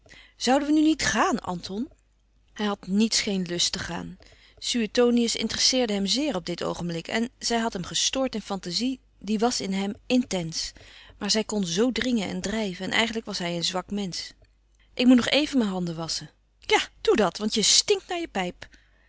zouden we nu niet gaàn anton hij had niets geen lust te gaan suetonius interesseerde hem zeer op dit oogenblik en zij had hem gestoord in fantazie die was in hem intens maar zij kon zoo dringen en drijven en eigenlijk was hij een zwak mensch ik moet even mijn handen wasschen ja doe dat want je stinkt naar je pijp